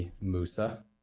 Musa